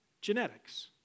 Genetics